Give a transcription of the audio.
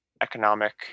economic